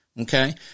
Okay